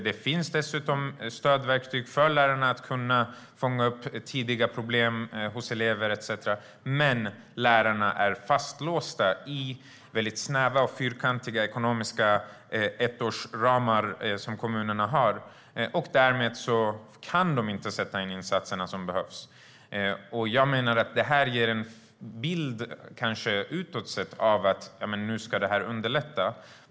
Det finns dessutom stödverktyg för lärarna för att kunna fånga upp tidiga problem hos elever etcetera. Men lärarna är fastlåsta i de väldigt snäva och fyrkantiga ekonomiska ettårsramar som kommunerna har. Därmed kan de inte sätta in de insatser som behövs. Jag menar att det här ger en bild utåt av att nu ska det här underlätta.